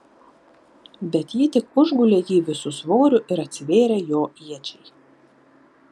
bet ji tik užgulė jį visu svoriu ir atsivėrė jo iečiai